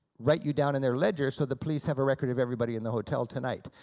write you down in their ledger so the police have a record of everybody in the hotel tonight.